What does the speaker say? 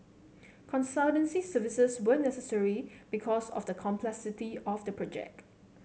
consultancy services were necessary because of the complexity of the project